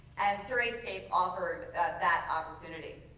and curatescape offered that that opportunity.